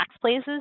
places